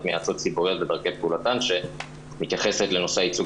מייעצות ציבוריות ודרכי פעולתן שמתייחסת לנושא הייצוג